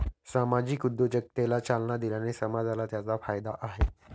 सामाजिक उद्योजकतेला चालना दिल्याने समाजाला त्याचा फायदा आहे